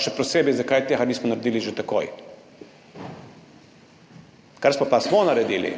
še posebej, zakaj tega nismo naredili že takoj. Kar pa smo naredili,